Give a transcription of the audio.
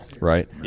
right